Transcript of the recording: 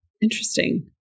Interesting